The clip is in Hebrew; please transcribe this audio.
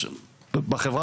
ניתן לעשות המון,